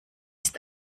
ist